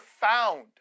found